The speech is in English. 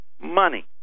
money